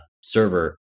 server